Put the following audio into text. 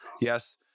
yes